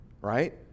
right